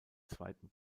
zweiten